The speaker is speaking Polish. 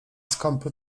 skąpy